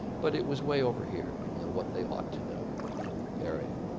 but it was way over here, in the what they ought to know area.